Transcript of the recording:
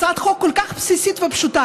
הצעת חוק כל כך בסיסית ופשוטה